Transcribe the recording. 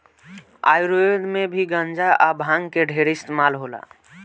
आयुर्वेद मे भी गांजा आ भांग के ढेरे इस्तमाल होला